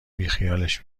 بیخیالش